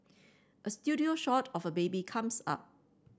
a studio shot of a baby comes up